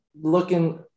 looking